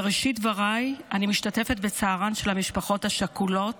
בראשית דבריי אני משתתפת בצערן של המשפחות השכולות